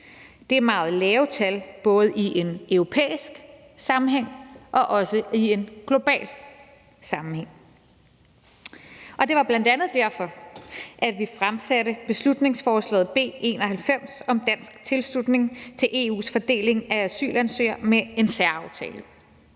Det er meget lave tal, både i en europæisk sammenhæng og også i en global sammenhæng. Det var bl.a. derfor, at vi fremsatte beslutningsforslag B 91 om dansk tilslutning til EU's fordeling af asylansøgere ved en særaftale.